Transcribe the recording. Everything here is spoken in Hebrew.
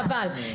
חבל.